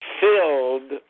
filled